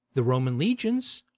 the roman legions,